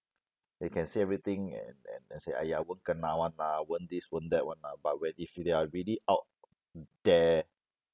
they can say everything and and and say !aiya! won't kena [one] lah won't this won't that [one] lah but when if they are really out there